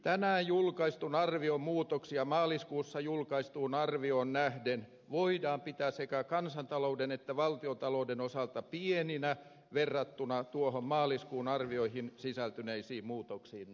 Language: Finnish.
eilen julkaistun suhdannearvion muutoksia maaliskuussa julkaistuun arvioon nähden voidaan pitää sekä kansantalouden että valtiontalouden osalta pieninä verrattuna maaliskuun arvioihin sisältyneisiin muutoksiin nähden